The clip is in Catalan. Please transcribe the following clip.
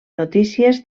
notícies